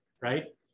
right